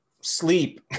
sleep